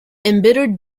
embittered